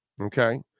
Okay